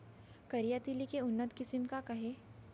करिया तिलि के उन्नत किसिम का का हे?